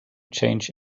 change